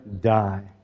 die